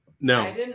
No